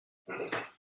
quatre